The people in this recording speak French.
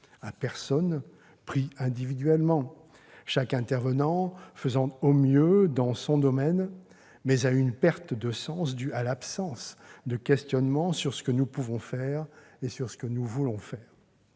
À personne pris individuellement, chaque intervenant faisant au mieux dans son domaine, mais à une perte de sens due à l'absence de questionnement sur ce que nous pouvons faire et sur ce que nous voulons faire.